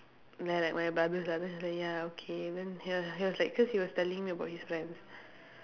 they're like my brothers like that then he say ya okay then ya lah ya cause he was telling me about his friends